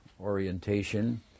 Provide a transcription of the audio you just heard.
orientation